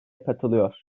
katılıyor